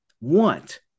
want